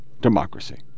democracy